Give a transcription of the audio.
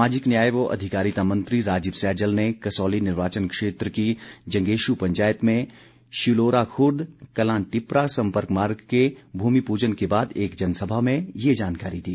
सामाजिक न्याय व अधिकारिता मंत्री राजीव सैजल ने कसौली निर्वाचन क्षेत्र की जंगेशू पंचायत में शिलोराखुर्द कलांटिप्परा संपर्क मार्ग के भूमि पूजन के बाद एक जनसभा में यह जानकारी दी